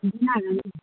बिदिनो आरो